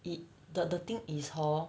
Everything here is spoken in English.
it the the thing is hor